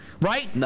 right